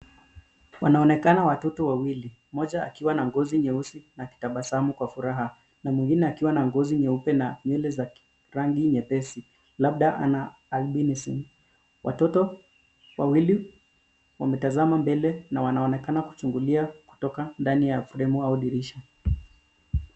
Wanaonekana watoto wawili. Mmoja akiwa na ngozi nyeusi na akitabasamu kwa furaha na mwingine akiwa na ngozi nyeupe na nywele za rangi nyepesi labda ana albinism .Watoto wawili wametazama mbele na wanaonekana kuchungulia kutoka ndani ya fremu au dirisha.